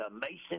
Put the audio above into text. Mason